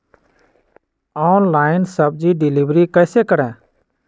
Online सब्जी deliver कैसे करें?